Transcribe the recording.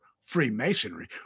Freemasonry